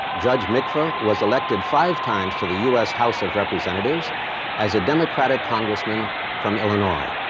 judge mikva was elected five times to the u s. house of representatives as a democratic congressman from illinois.